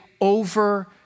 over